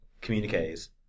communiques